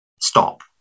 stop